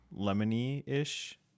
lemony-ish